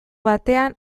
batean